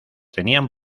tenían